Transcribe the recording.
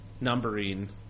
numbering